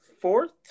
fourth